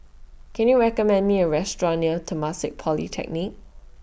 Can YOU recommend Me A Restaurant near Temasek Polytechnic